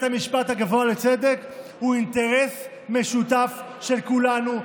המשפט הגבוה לצדק היא אינטרס משותף של כולנו,